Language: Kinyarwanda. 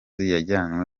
yajyanywe